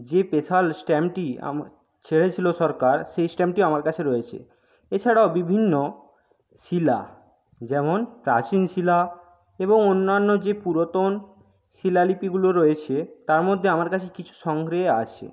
যে স্পেশাল স্ট্যাম্পটি ছেড়ে ছিলো সরকার সেই স্ট্যাম্পটি আমার কাছে রয়েছে এছাড়াও বিভিন্ন শিলা যেমন প্রাচীন শিলা এবং অন্যান্য যে পুরাতন শিলালিপিগুলো রয়েছে তার মধ্যে আমার কাছে কিছু সংগ্রহে আছে